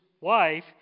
wife